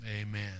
amen